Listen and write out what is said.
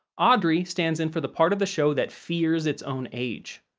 audrey stands in for the part of the show that fears its own age.